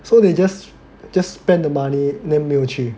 so they just just spend the money then 没有去